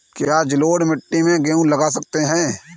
क्या जलोढ़ मिट्टी में गेहूँ लगा सकते हैं?